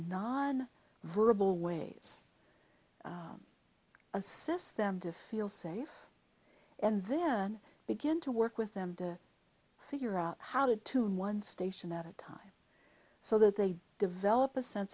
non verbal ways assess them to feel safe and then begin to work with them to figure out how to tune one station at a time so that they develop a sense